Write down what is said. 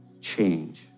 change